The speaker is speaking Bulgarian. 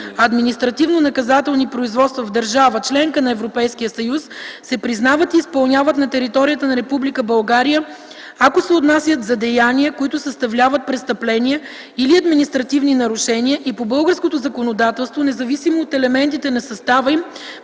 административнонаказателни производства в държава – членка на Европейския съюз, се признават и изпълняват на територията на Република България, ако се отнасят за деяния, които съставляват престъпления или административни нарушения и по българското законодателство, независимо от елементите на състава им